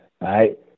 right